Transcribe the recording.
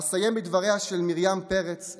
ואסיים בדבריה של מרים פרץ,